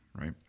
right